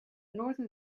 northern